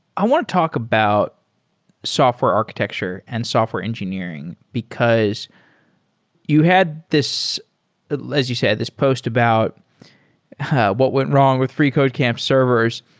i want talk about software architecture and software engineering, because you had this as you said, this post about how what went wrong with freecodecamp servers.